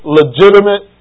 legitimate